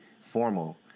formal